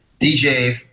dj